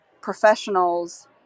professionals